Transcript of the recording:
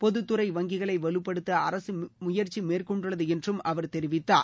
பொதுத்துறை வங்கிகளை வலுப்படுத்த அரசு முயற்சி மேற்கொண்டுள்ளது என்றும் அவர் தெரிவித்தார்